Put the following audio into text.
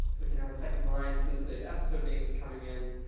we can have a second line since the episode name is coming in,